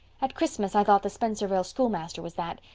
at christmas i thought the spencervale schoolmaster was that.